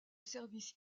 service